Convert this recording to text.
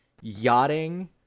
yachting